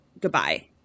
Goodbye